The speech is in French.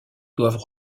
doivent